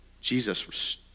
Jesus